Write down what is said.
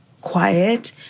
quiet